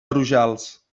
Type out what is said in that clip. rojals